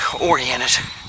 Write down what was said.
oriented